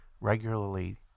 regularly